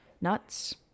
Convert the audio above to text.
nuts